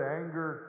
anger